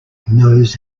knows